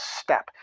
step